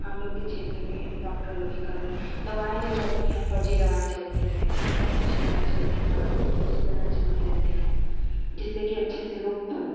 हम लोग के क्षेत्र में डॉक्टर लोग की कमी दवाएँ जो चलती हैं फर्जी दवाएँ चलती हैं कहीं कहीं अच्छी दवाएँ चलती हैं बाकी सब फर्जी दवाएँ चलती रहती हैं जिससे की अच्छे से लोग